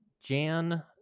Jan